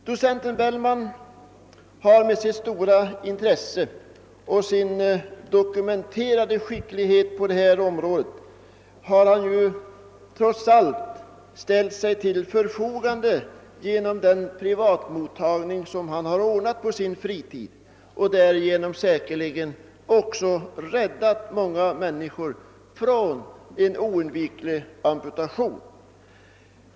Docent Bellman har med sitt stora intresse och sin dokumenterade skicklighet på detta område trots allt ställt sig till förfogande genom den privatmottagning han sköter på sin fritid och därigenom säkerligen räddat många människor från en annars oundviklig amputation.